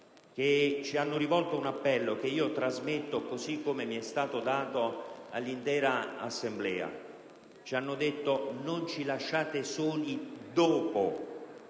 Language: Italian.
ci hanno rivolto un appello che io trasmetto, così come mi è stato lanciato, all'intera Assemblea. Ci hanno detto: non ci lasciate soli dopo.